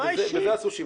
בזה עשו שימוש.